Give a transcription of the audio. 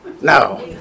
No